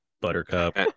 Buttercup